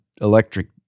electric